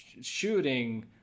shooting